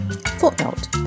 Footnote